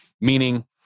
Meaning